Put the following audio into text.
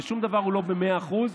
שום דבר הוא לא במאה אחוז,